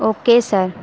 okay sir